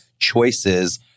choices